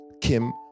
kim